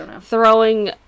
throwing